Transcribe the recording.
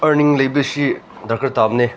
earning ꯂꯩꯕꯁꯤ ꯗꯔꯀꯥꯔ ꯇꯥꯕꯅꯦ